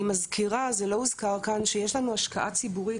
אני מזכירה - זה לא הוזכר כאן שיש לנו השקעה ציבורית,